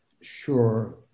sure